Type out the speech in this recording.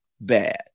Bad